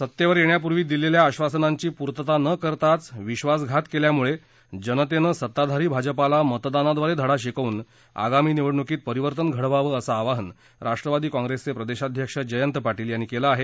सत्तेवर येण्यापूर्वी दिलेल्या आश्वासनांची पूर्वता न करता विश्वासघात केल्यामुळे जनतेनं सत्ताधारी भाजपाला मतदानाद्वारे धडा शिकवून आगामी निवडणुकीत परिवर्तन घडवावं असं आवाहन राष्ट्रवादी काँप्रेसचे प्रदेशाध्यक्ष जयंत पाटील यांनी केलं आहे